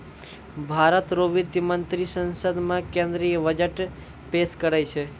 भारत रो वित्त मंत्री संसद मे केंद्रीय बजट पेस करै छै